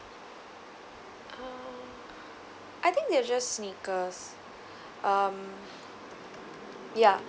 um I think they were just sneakers um yeah